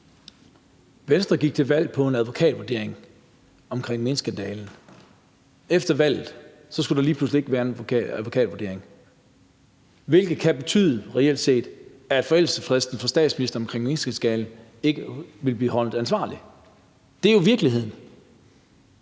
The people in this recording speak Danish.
Venstre gik til valg på en advokatvurdering af minkskandalen. Efter valget skulle der lige pludselig ikke være en advokatvurdering, hvilket reelt set kan betyde, at statsministeren i forhold til forældelsesfristen omkring minkskandalen ikke vil blive holdt ansvarlig. Det er jo virkeligheden,